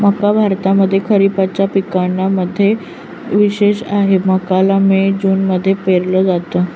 मक्का भारतामध्ये खरिपाच्या पिकांना मध्ये विशेष आहे, मक्याला मे जून मध्ये पेरल जात